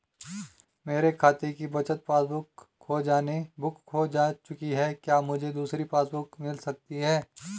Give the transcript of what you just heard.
मेरे खाते की बचत पासबुक बुक खो चुकी है क्या मुझे दूसरी पासबुक बुक मिल सकती है?